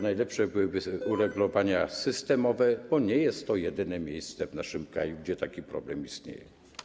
Najlepsze byłyby uregulowania systemowe, bo nie jest to jedyne miejsce w naszym kraju, gdzie taki problem istnieje.